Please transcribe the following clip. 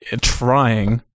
trying